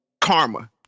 karma